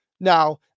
Now